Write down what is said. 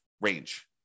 range